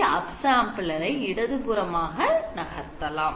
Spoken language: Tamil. எனவே upsampler ஐ இடது புறமாக நகர்த்தலாம்